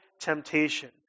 temptation